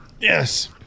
Yes